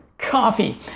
coffee